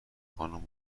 خانم